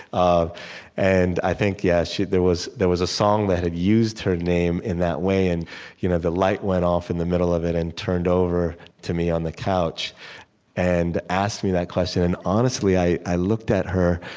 and i think, yes, yeah there was there was a song that had used her name in that way and you know the light went off in the middle of it and turned over to me on the couch and asked me that question. and honestly, i i looked at her